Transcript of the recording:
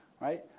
right